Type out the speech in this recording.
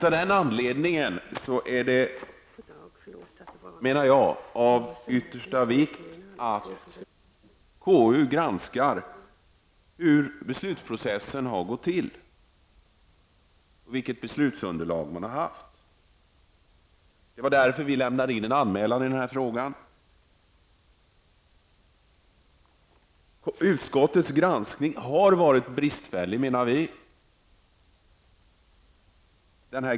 Av den anledningen är det av största vikt att KU granskar hur beslutsprocessen har gått till och vilket beslutsunderlag man har haft. Det var därför som vi lämnade in en anmälan i den här frågan. Vi menar att utskottets granskning har varit bristfällig.